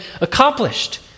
accomplished